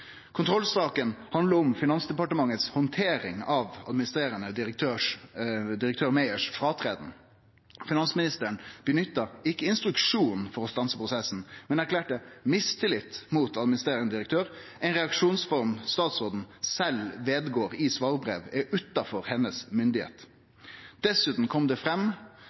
Kontrollsaka handlar om Finansdepartementet si handtering av avgangen til administrerande direktør Meyer. Finansministeren nytta ikkje instruksjon for å stanse prosessen, men erklærte mistillit til administrerande direktør, ei reaksjonsform statsråden sjølv i svarbrev vedgår er utanfor hennar myndigheit. Dessutan kom det fram